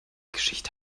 geschichte